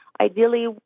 Ideally